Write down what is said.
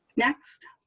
next,